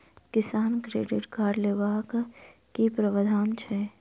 किसान credit card लेबाक की प्रावधान छै?